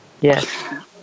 Yes